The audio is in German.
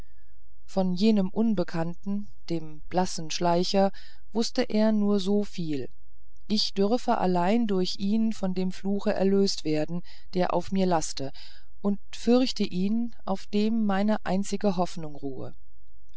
von jenem unbekannten dem blassen schleicher wußt er nur so viel ich dürfe allein durch ihn von dem fluche erlöst werden der auf mir laste und fürchte ihn auf dem meine einzige hoffnung ruhe